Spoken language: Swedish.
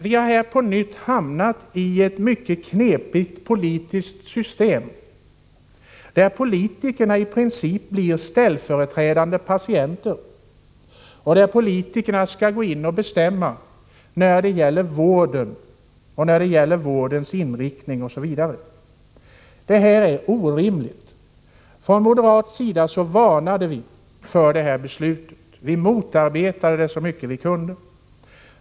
Vi har här på nytt fångats i ett mycket knepigt politiskt system, där politikerna i princip blir ställföreträdande patienter; politikerna skall gå in och bestämma om vården, dess inriktning osv. Detta är orimligt. Från moderat sida varnade vi för detta beslut — vi motarbetade det så mycket vi kunde.